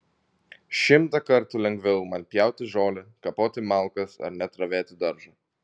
šimtą kartų lengviau man pjauti žolę kapoti malkas ar net ravėti daržą